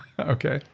okay.